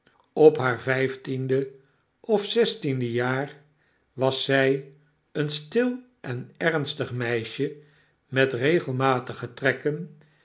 op haar vijftiendeof zestiende jaar was zij een stil en ernstig meisje met regelmatige trekken